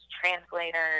translators